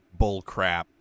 bullcrap